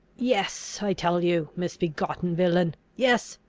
yes, i tell you, misbegotten villain! yes,